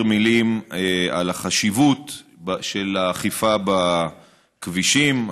מילים על החשיבות שבאכיפה בכבישים.